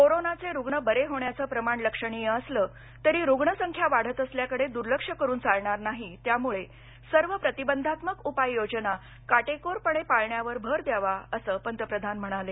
कोरोनाचे रुग्ण बरे होण्याचं प्रमाण लक्षणीय असलं तरी रुग्णसंख्या वाढत असल्याकडे दुर्लक्ष करून चालणार नाही त्या मुळे सर्व प्रतिबंधात्मक उपाययोजना काटेकोरपणे पाळण्यावर भर द्यावा असं पंतप्रधान म्हणाले